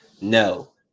no